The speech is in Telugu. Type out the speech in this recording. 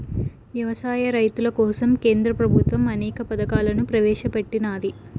వ్యవసాయ రైతుల కోసం కేంద్ర ప్రభుత్వం అనేక రకాల పథకాలను ప్రవేశపెట్టినాది